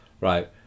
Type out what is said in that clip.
right